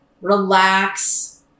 relax